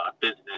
business